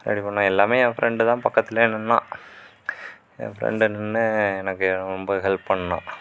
ready பண்ணோம் எல்லாமே என் ஃப்ரெண்ட் தான் பக்கத்திலயே நின்னான் என் ஃப்ரெண்ட் நின்னு எனக்கு ரொம்ப ஹெல்ப் பண்ணான்